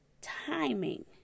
timing